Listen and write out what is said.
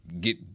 get